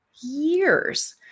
years